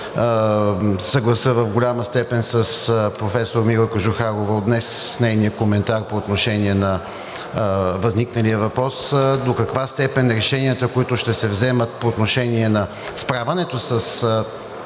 съглася в голяма степен с професор Мира Кожухарова, с нейния коментар от днес по отношение на възникналия въпрос до каква степен решенията, които ще се вземат по отношение на справянето, нека